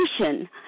education